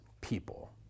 people